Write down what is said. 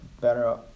better